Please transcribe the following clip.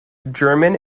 german